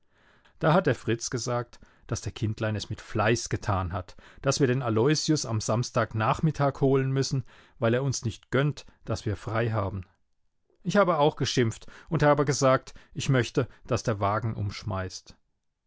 da hat der fritz gesagt daß der kindlein es mit fleiß getan hat daß wir den aloysius am samstagnachmittag holen müssen weil er uns nicht gönnt daß wir frei haben ich habe auch geschimpft und habe gesagt ich möchte daß der wagen umschmeißt